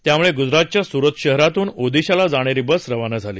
त्यामुळे गुजरातच्या सूरत शहराहून ओदिशाला जाणारी बस रवाना झाली